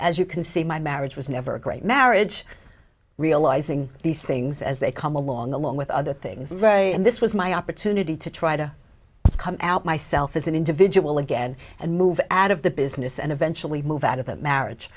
as you can see my marriage was never a great marriage realizing these things as they come along along with other things and this was my opportunity to try to come out myself as an individual again and move out of the business and eventually move out of that marriage